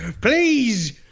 Please